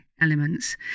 elements